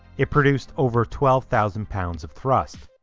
it produced over twelve thousand pounds of thrust.